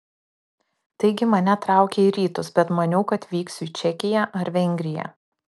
taigi mane traukė į rytus bet maniau kad vyksiu į čekiją ar vengriją